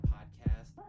Podcast